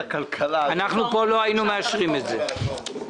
אנחנו פה לא היינו מאשרים את זה.